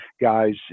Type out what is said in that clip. guys